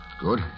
Good